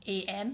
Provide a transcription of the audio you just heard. A_M